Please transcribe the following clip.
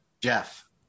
Jeff